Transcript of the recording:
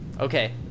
Okay